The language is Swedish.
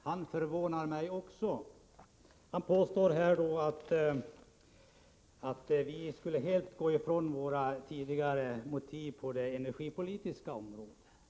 Herr talman! Arne Gadd förvånar också mig. Han påstår att vi helt går ifrån våra tidigare motiv på det energipolitiska området.